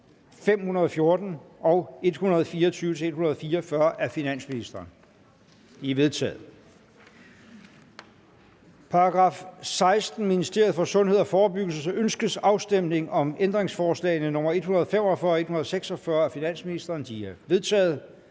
520, 276-283 af finansministeren? De er vedtaget. Til § 20. Ministeriet for Børn og Undervisning. Ønskes afstemning om ændringsforslag nr. 284-342 af finansministeren? De er vedtaget.